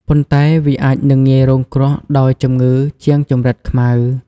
ប៉ុន្តែ វាអាចនឹងងាយរងគ្រោះដោយជំងឺជាងចង្រិតខ្មៅ។